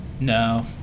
No